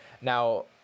now